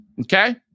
Okay